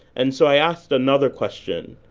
and so i asked another question.